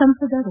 ಸಂಸದ ಡಾ